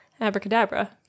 abracadabra